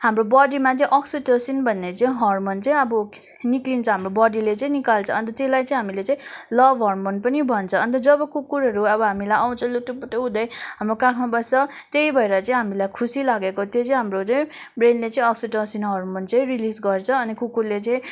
हाम्रो बडीमा चाहिँ अक्सीटोसिन भन्ने चाहिँ हर्मोन चाहिँ अब निक्लिन्छ हाम्रो बडीले चाहिँ निकाल्छ अन्त त्यसलाई चाहिँ हामीले चाहिँ लभ हर्मोन पनि भन्छ अन्त जब कुकुरहरू अब हामीलाई आउँछ लुटुपुटु हुँदै हाम्रो काखमा बस्छ त्यही भएर चाहिँ हामीलाई खुसी लागेको त्यो चाहिँ हाम्रो चाहिँ ब्रेनले चाहिँ अक्सीटोसिन हर्मोन चाहिँ रिलिज गर्छ अनि कुकुरले चाहिँ